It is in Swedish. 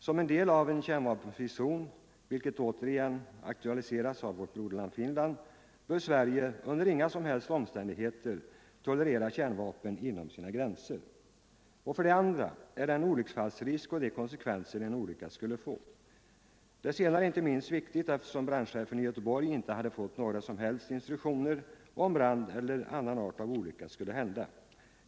Som en del av en kärnvapenfri zon, vilket återigen aktualiserats av vårt broderland Finland, bör Sverige inte under några som helst omständigheter tolerera kärnvapen inom sina gränser. För det andra måste noga beaktas den olycksfallsrisk som kan föreligga och de konsekvenser en olycka skulle få. Det senare är inte minst viktigt eftersom brandchefen i Göteborg inte hade fått några som helst instruktioner, om en brand eller en olycka av annan art skulle ha hänt.